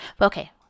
Okay